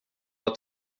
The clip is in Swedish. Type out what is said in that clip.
att